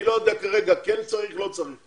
אני לא יודע כרגע, כן צריך, לא צריך.